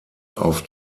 auf